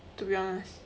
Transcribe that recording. to be honest